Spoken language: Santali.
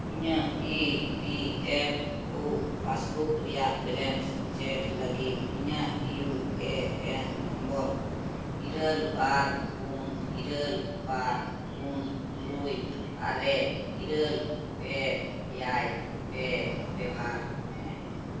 ᱤᱧᱟᱹᱜ E P F O passbook ᱨᱮᱭᱟᱜ ᱵᱮᱞᱮᱱᱥ ᱪᱮᱠ ᱞᱟᱹᱜᱤᱫ ᱤᱧᱟᱹᱜ ᱤᱭᱩ ᱮ ᱮᱱ ᱱᱚᱢᱵᱚᱨ ᱤᱨᱟᱹᱞ ᱵᱟᱨ ᱯᱩᱱ ᱤᱨᱟᱹᱞ ᱵᱟᱨ ᱯᱩᱱ ᱛᱩᱨᱩᱭ ᱟᱨᱮ ᱤᱨᱟᱹᱞ ᱯᱮ ᱮᱭᱟᱭ ᱯᱮ ᱵᱮᱣᱦᱟᱨ ᱢᱮ